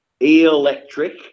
electric